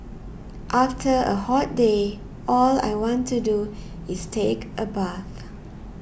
after a hot day all I want to do is take a bath